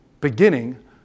Beginning